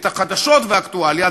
את החדשות והאקטואליה,